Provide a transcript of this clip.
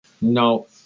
no